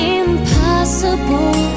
impossible